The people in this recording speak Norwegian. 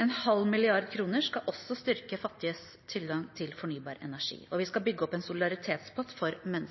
En halv milliard kroner skal også styrke fattiges tilgang til fornybar energi, og vi skal bygge opp en